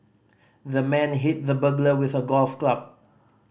the man hit the burglar with a golf club